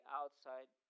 outside